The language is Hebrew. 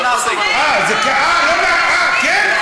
מה הם יכולים לעשות, אה, זה, אה, כן?